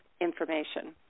information